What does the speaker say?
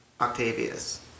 Octavius